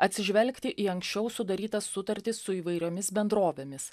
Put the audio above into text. atsižvelgti į anksčiau sudarytas sutartis su įvairiomis bendrovėmis